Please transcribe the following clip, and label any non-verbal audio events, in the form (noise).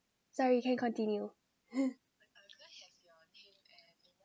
sorry can continue (laughs)